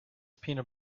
peanut